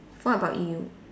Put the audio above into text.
what about you